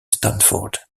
stanford